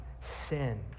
sin